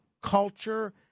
culture